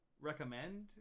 recommend